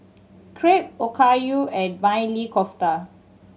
Crepe Okayu and Maili Kofta